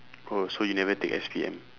oh so you never take S_P_M